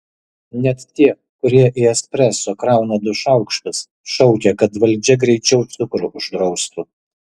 net tie kurie į espreso krauna du šaukštus šaukia kad valdžia greičiau cukrų uždraustų